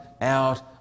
out